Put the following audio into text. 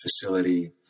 facility